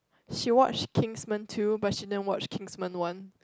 she watched Kingsman two but she didn't watch Kingsman one